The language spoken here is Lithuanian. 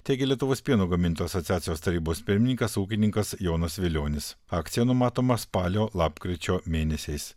teigė lietuvos pieno gamintojų asociacijos tarybos pirmininkas ūkininkas jonas vilionis akcija numatoma spalio lapkričio mėnesiais